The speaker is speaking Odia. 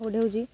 ହେଉଛି